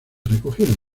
recogieron